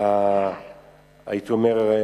והייתי אומר,